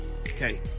Okay